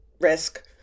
risk